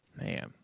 Man